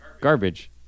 garbage